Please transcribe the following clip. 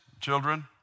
children